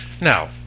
Now